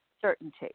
certainty